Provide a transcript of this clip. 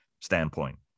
standpoint